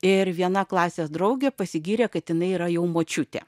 ir viena klasės draugė pasigyrė kad jinai yra jau močiutė